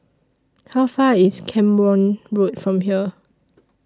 How Far IS Camborne Road from here